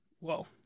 whoa